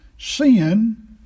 Sin